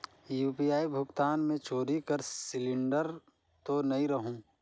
UPI भुगतान मे चोरी कर सिलिंडर तो नइ रहु?